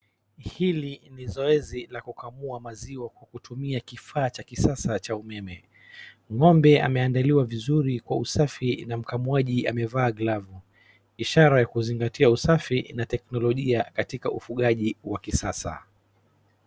Hili ni zoezi la kukamua maziwa kwa kutumia kifaa cha kisasa cha umeme, ngombe ameandaliwa vizuri kwa usafi na mkamuaji amevaa glavu, ishara ya kuzingatia usafi na teknolojia katika ufugaji wa kisasa.